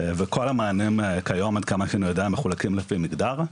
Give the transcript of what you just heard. וכל המענים כיום עד כמה שאני יודע מחולקים לפי מגדר.